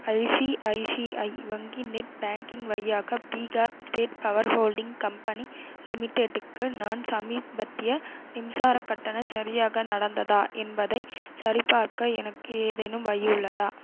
ICICI வங்கி net banking வழியாக Bihar state power holding company லிமிடெடுக்கு நான் சமீபத்திய மின்சாரக் கட்டணம் சரியாக நடந்ததா என்பதைச் சரிபார்க்க எனக்கு ஏதேனும் வழி உள்ளதா